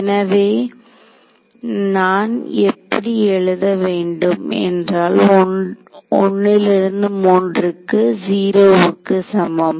எனவே நான் எப்படி எழுத வேண்டும் என்றால் 1 3 0 க்கு சமம்